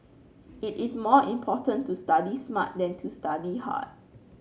it is more important to study smart than to study hard